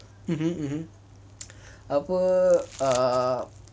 apa err